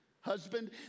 husband